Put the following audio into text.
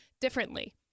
differently